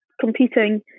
competing